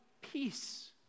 peace